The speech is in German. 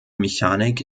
mechanik